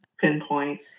pinpoint